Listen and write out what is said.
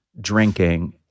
drinking